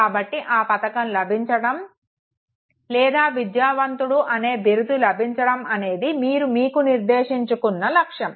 కాబట్టి ఆ పతకం లభించడం లేదా విద్యావంతుడు అనే బిరుదు లభించడం అనేది మీరు మీకు నిర్దేశించుకున్న లక్ష్యం